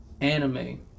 Anime